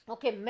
Okay